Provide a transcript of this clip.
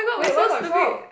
wait why got twelve